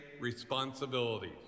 responsibilities